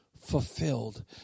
fulfilled